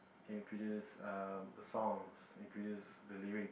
it produce err the songs it produce the lyric